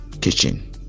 Kitchen